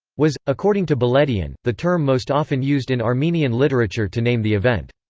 was, according to beledian, the term most often used in armenian literature to name the event.